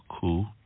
Cool